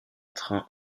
train